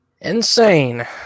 Insane